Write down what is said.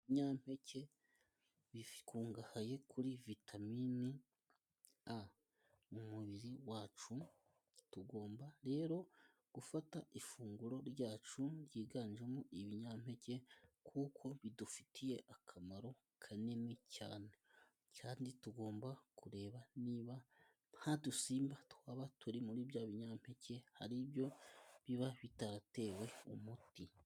Ibinyampeke bikungahaye kuri vitaminini A mu mubiri wacu. Tugomba rero gufata ifunguro ryacu ryiganjemo ibinyampeke kuko bidufitiye akamaro kanini cyane, kandi tugomba kureba niba nta dusimba twaba turi muri bya binyampeke hari byo biba bitaratewe umuti.